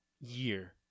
year